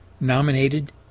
nominated